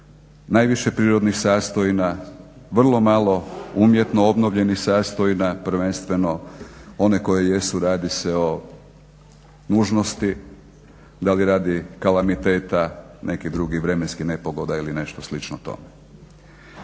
najviše prirodnih sastojina, vrlo malo umjetno obnovljenih sastojina prvenstveno one koje jesu radi se o nužnosti da li radi kalamiteta nekih drugih vremenskih nepogoda ili nešto slično tome.